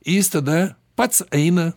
jis tada pats eina